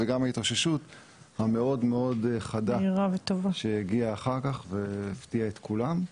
וגם ההתאוששות המאוד-מאוד חדה שהגיעה אחר כך והפתיעה את כולם.